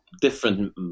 different